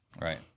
Right